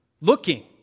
looking